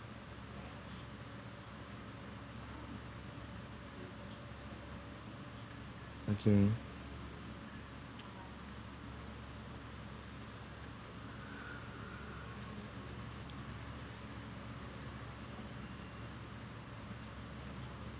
okay